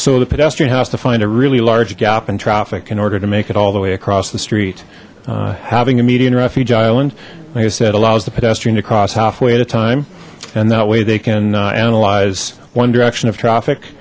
so the pedestrian has to find a really large gap in traffic in order to make it all the way across the street having a median refuge island like i said allows the pedestrian to cross halfway at a time and that way they can analyze one direction of traffic